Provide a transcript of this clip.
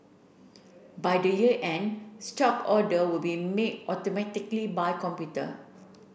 by the year end stock order will be made automatically by computer